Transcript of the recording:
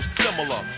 similar